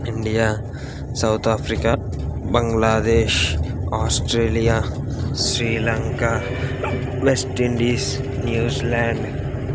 India South Africa Bangladesh Australia Sri Lanka West Indies New Zealand